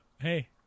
hey